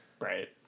Right